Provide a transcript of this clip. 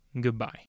Goodbye